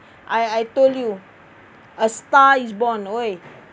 I I told you a star is born !oi!